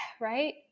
Right